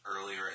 earlier